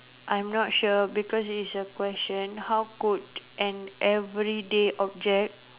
I'm not sure because it's a question how could an everyday object